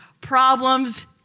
problems